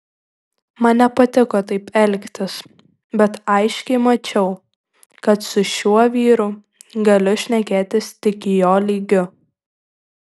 man nepatiko taip elgtis bet aiškiai mačiau kad su šiuo vyru galiu šnekėtis tik jo lygiu